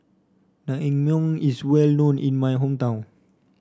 naengmyeon is well known in my hometown